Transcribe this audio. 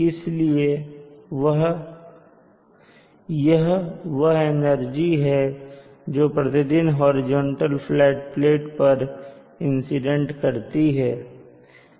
इसलिए यह वह एनर्जी है जो प्रतिदिन हॉरिजॉन्टल फ्लैट प्लेट पर इंसिडेंट करती है